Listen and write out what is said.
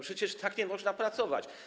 Przecież tak nie można pracować.